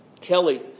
Kelly